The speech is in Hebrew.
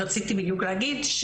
רציתי בדיוק להגיד,